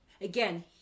again